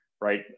right